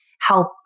help